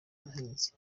buhinzi